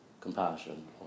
compassion